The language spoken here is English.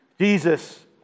Jesus